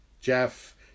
Jeff